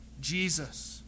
Jesus